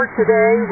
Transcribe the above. today